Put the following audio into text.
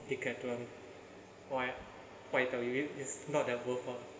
decathlon why why I tell you is it's not that worthwhile